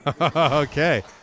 Okay